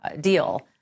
deal